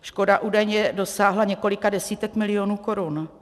Škoda údajně dosáhla několika desítek milionů korun.